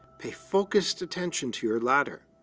pay focused attention to your ladder.